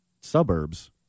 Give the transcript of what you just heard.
suburbs